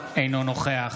אינו נוכח